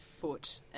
foot